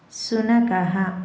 शुनकः